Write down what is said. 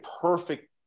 perfect